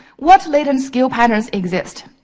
what latent skill patterns exist?